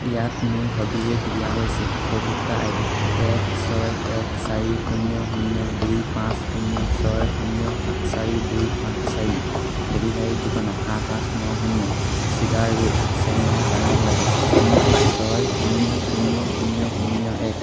ইয়াত মোৰ সবিশেষ দিয়া হৈছে উপভোক্তা আই ডি এক ছয় এক চাৰি শূন্য শূন্য দুই পাঁচ শূন্য ছয় শূন্য সাত চাৰি দুই আঠ চাৰি ডেলিভাৰীৰ ঠিকনা সাত আঠ ন শূন্য cedar road Chennai Tamil Nadu pincode ছয় শূন্য শূন্য শূন্য শূন্য এক